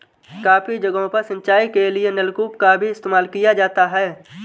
काफी जगहों पर सिंचाई के लिए नलकूप का भी इस्तेमाल किया जाता है